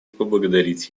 поблагодарить